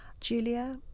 Julia